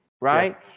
right